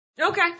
Okay